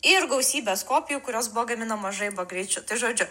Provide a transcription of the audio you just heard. ir gausybės kopijų kurios buvo gaminamos žaibo greičiu tai žodžiu